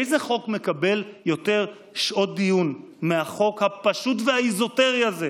איזה חוק מקבל יותר שעות דיון מהחוק הפשוט והאזוטרי הזה?